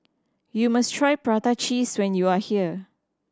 you must try prata cheese when you are here